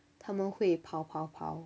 他们会跑跑跑